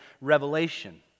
revelation